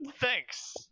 Thanks